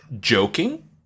joking